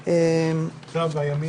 הורה,